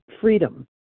freedom